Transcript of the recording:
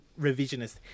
revisionist